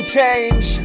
change